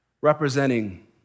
representing